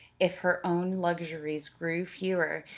if her own luxuries grew fewer,